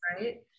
Right